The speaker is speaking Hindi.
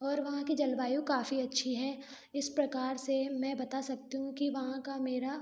और वहाँ की जलवायु काफ़ी अच्छी है इस प्रकार से मैं बता सकती हूँ कि वहाँ का मेरा